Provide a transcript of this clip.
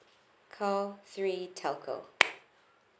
call three telco